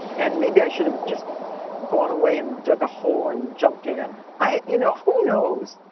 and maybe i should have just gone away and dug a hole and jumped in. i you know, who knows?